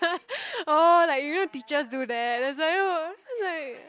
oh like you know teachers do that that's why !woah! like